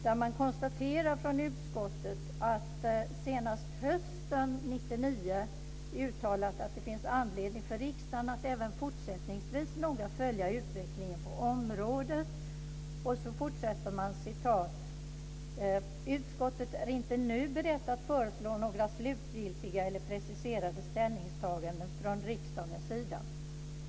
Utskottet konstaterade att man senast hösten 1999 hade uttalat att det fanns anledning för riksdagen att även fortsättningsvis noga följa utvecklingen på området. Så fortsatte man: Utskottet är inte nu berett att föreslå några slutgiltiga eller preciserade ställningstaganden från riksdagens sida.